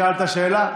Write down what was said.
שאלת שאלה,